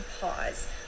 pause